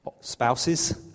Spouses